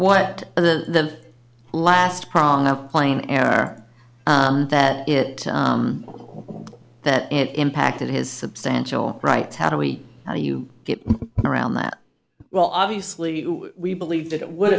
what the last prong of plane air that it will that it impacted his substantial rights how do we how do you get around that well obviously we believe that it would